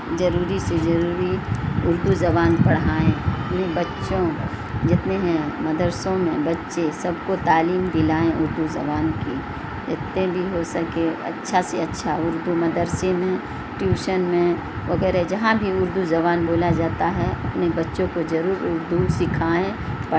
ضروری سے ضروری اردو زبان پڑھائیں اپنے بچوں جتنے ہیں مدرسوں میں بچے سب کو تعلیم دلائیں اردو زبان کی جتنے بھی ہو سکے اچھا سے اچھا اردو مدرسے میں ٹیوشن میں وغیرہ جہاں بھی اردو زبان بولا جاتا ہے اپنے بچوں کو ضرور اردو سکھائیں پڑ